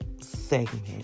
segment